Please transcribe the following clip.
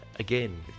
Again